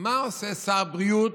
מה עושה שר בריאות,